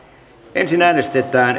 ensin äänestetään